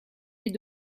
des